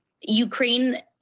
Ukraine